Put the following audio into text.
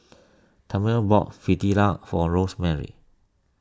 Talmage bought Fritada for Rosemary